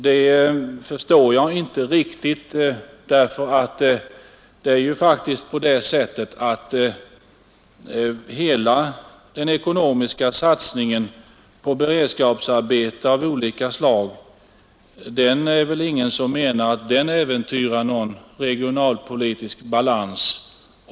Detta förstår jag inte riktigt. Det är väl ingen som menar att den ekonomiska satsningen på beredskapsarbeten av olika slag äventyrar någon regionalpolitisk balans.